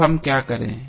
तो हम क्या करें